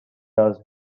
does